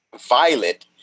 Violet